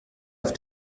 auf